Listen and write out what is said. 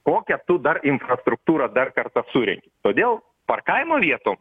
kokią tu dar infrastruktūrą dar kartą surenki todėl parkavimo vietų